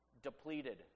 Depleted